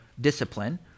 discipline